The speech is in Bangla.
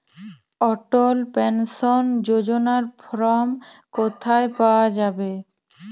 অটল পেনশন যোজনার ফর্ম কোথায় পাওয়া যাবে?